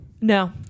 No